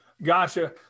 Gotcha